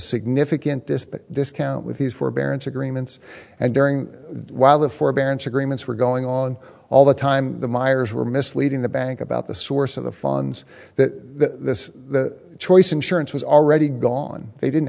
significant this big discount with these forbearance agreements and during while the forbearance agreements were going on all the time the meiers were misleading the bank about the source of the funds that this choice insurance was already gone they didn't